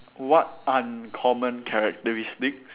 what uncommon characteristics